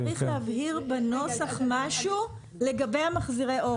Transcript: צריך להבהיר בנוסח משהו לגבי מחזירי האור,